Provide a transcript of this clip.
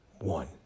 one